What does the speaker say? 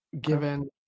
given